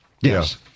Yes